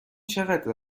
چقدر